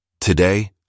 Today